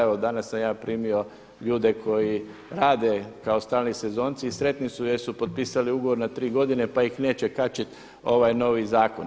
Evo danas sam ja primio ljude koji rade kao stalni sezonci i sretni su jer su potpisali ugovor na tri godine pa ih neće kačiti ovaj novi zakon.